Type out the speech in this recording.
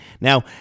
Now